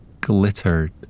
glittered